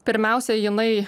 pirmiausia jinai